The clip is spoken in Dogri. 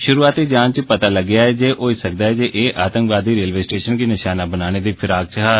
शुरूआती जांच च पता लग्गेआ ऐ जे होई सकदा ऐ जे आतंकवादी रेलवे स्टेशन गी नशाना बनाने दी फिराक च हा